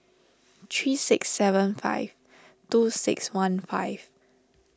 three six seven five two six one five